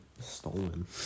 stolen